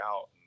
out